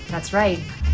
that's right,